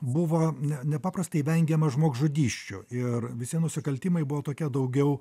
buvo nepaprastai vengiama žmogžudysčių ir visi nusikaltimai buvo tokie daugiau